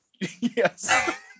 yes